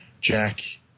Jack